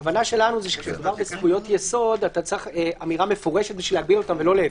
ההבנה שלנו שמדובר בזכויות יסוד אתה צריך אמירה מפורשת ולא להפך,